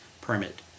permit